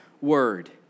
word